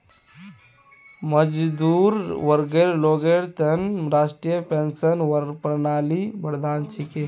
मजदूर वर्गर लोगेर त न राष्ट्रीय पेंशन प्रणाली वरदान छिके